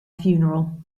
funeral